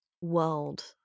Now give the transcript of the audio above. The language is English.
world